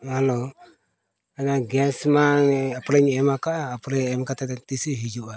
hello ᱚᱱᱟ ᱜᱮᱥ ᱢᱟ ᱚᱱᱮ ᱟᱯᱱᱟᱧ ᱮᱢ ᱟᱠᱟᱫᱼᱟ ᱟᱯᱲᱮ ᱮᱢ ᱠᱟᱛᱮᱫ ᱫᱚ ᱛᱤᱸᱥ ᱮ ᱦᱤᱡᱩᱜᱼᱟ